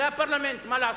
זה הפרלמנט, מה לעשות?